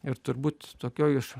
ir turbūt tokioj iš